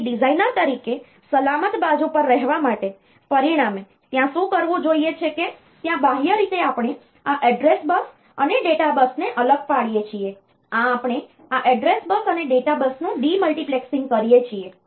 તેથી ડિઝાઇનર તરીકે સલામત બાજુ પર રહેવા માટે પરિણામે ત્યાં શું કરવું જરૂરી છે કે ત્યાં બાહ્ય રીતે આપણે આ એડ્રેસ બસ અને ડેટા બસને અલગ પાડીએ છીએ આ આપણે આ એડ્રેસ બસ અને ડેટા બસનું ડિમલ્ટિપ્લેક્સીંગ કરીએ છીએ